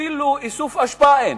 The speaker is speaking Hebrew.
אפילו איסוף אשפה אין.